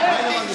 תתבייש.